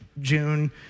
June